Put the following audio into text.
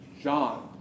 John